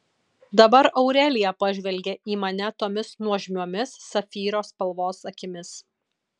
dabar aurelija pažvelgė į mane tomis nuožmiomis safyro spalvos akimis